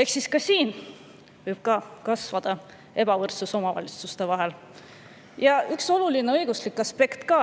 Ehk siis ka see võib kasvatada ebavõrdsust omavalitsuste vahel. Ja üks oluline õiguslik aspekt ka.